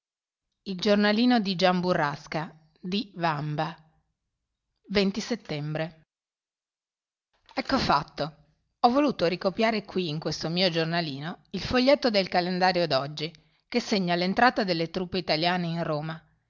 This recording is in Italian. sessantunesima con illustrazioni a nero edizione e a ei e e e e era cco fatto ho voluto ricopiare qui in questo mio giornalino il foglietto del calendario d'oggi che segna l'entrata delle truppe italiane in roma